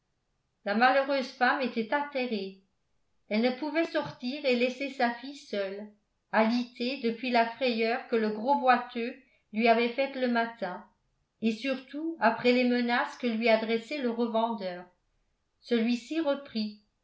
la malheureuse femme était atterrée elle ne pouvait sortir et laisser sa fille seule alitée depuis la frayeur que le gros boiteux lui avait faite le matin et surtout après les menaces que lui adressait le revendeur celui-ci reprit